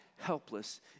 helpless